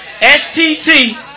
STT